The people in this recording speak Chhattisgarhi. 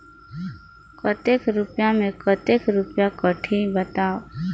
कतेक रुपिया मे कतेक रुपिया कटही बताव?